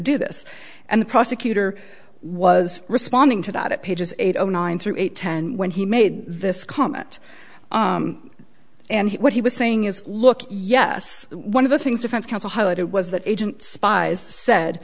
do this and the prosecutor was responding to that at pages eight o nine through eight ten when he made this comment and what he was saying is look yes one of the things defense counsel highlighted was that agent spies said